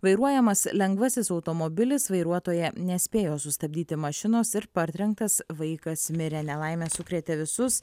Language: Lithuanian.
vairuojamas lengvasis automobilis vairuotoja nespėjo sustabdyti mašinos ir partrenktas vaikas mirė nelaimė sukrėtė visus